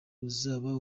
uzaba